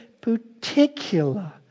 particular